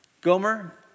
Gomer